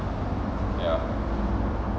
ya